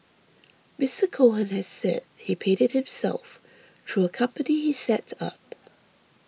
Mister Cohen has said he paid it himself through a company he set up